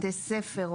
בתי ספר,